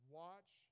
watch